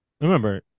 Remember